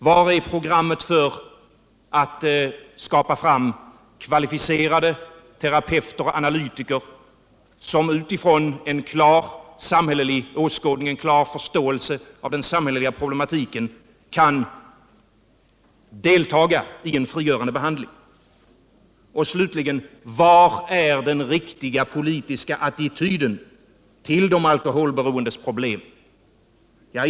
Varär programmet för att få fram kvalificerade terapeuter och analytiker, som utifrån en klar samhällelig åskådning och en klar förståelse av den samhälleliga problematiken kan delta i en frigörande behandling? Slutligen: Var är den riktiga politiska attityden till de alkoholberoendes problem?